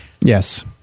yes